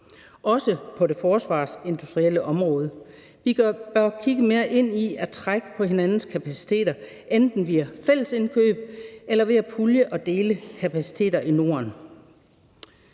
også på det forsvarsindustrielle område. Vi bør kigge mere ind i at trække på hinandens kapaciteter, enten via fællesindkøb eller ved at pulje og dele kapaciteter i Norden.